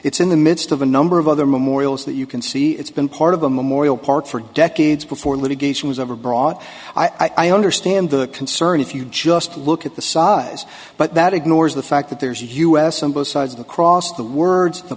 it's in the midst of a number of other memorials that you can see it's been part of a memorial park for decades before litigation was ever brought i understand the concern if you just look at the size but that ignores the fact that there's us on both sides of the cross the words the